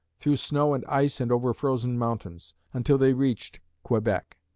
through snow and ice and over frozen mountains, until they reached quebec.